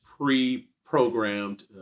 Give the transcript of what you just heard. pre-programmed